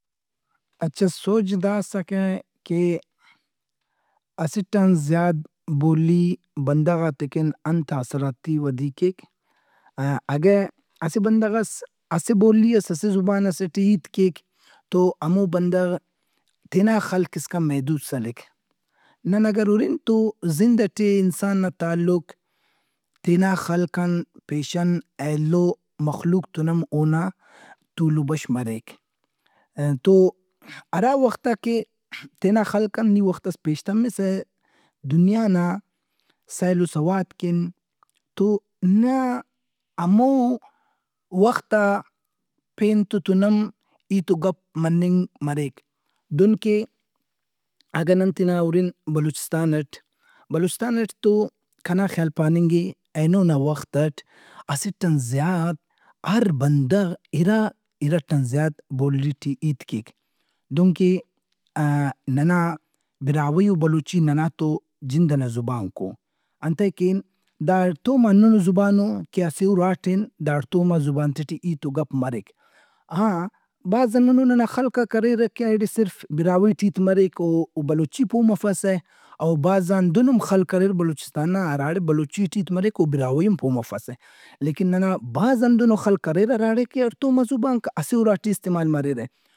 اچھا سوج دا اسکہ کہ اسٹ ان زیات بولی بندغاتے کن انت آسراتی ودی کیک۔ اگہ اس بندغس اسہ بولی ئس، اسہ زبان ئسے ٹی ہیت کیک تو ہمو بندغ تینا خلق اسکان محدود سلک۔ نن اگر ہُرن تو زند ئٹے انسان تعلق تیناخلق ان پیشن ایلومخلوق تُن ہم اونا تول و بش مریک۔ تو ہرا وختا کہ تینا خلق ان نی وختس پیش تمّسہ دنیا نا سیل و سواد کن تو نا ہمو وختا پین تے تُن ہم ہیت و گت مریک۔ دہنکہ اگر نن تینا ہرن بلوچستان اٹ تو کنا خیال پاننگ اے اینوناوخت اٹ اسٹ ان زیات ہر بندغ اِرا، اِرٹ ان زیات بولی ٹی ہیت کیک دہنکہ ننا براہوئی و بلوچی تو ننا جند ئنا زبانک اوانتئے کہ دا اڑتوما ہنُّنو زبان او کہ اسہ اُرا ٹِن دا اڑتوما زبانتے ٹی ہیت وگپ مریک۔ ہاں بھاز ہندنو ننا خلقاک اریرک کہ ایڑے صرف براہوئی ٹی ہیت مریک او بلوچی پو مفسہ اوبھازا ہندنوم خلق اریر بلوچستان نا ہراڑے بلوچی ٹی ہیت مریک او براہوئی ئے ہم پو مفسہ۔ لیکن نن بھاز خلق ہندنو اریر ہراڑے کہ ہڑتوما زبانک اسہ اُرا ٹی استعمال مریرہ۔